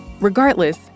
Regardless